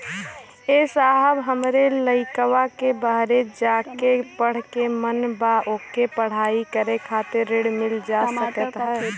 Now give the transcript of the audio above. ए साहब हमरे लईकवा के बहरे जाके पढ़े क मन बा ओके पढ़ाई करे खातिर ऋण मिल जा सकत ह?